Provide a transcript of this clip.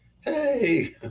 hey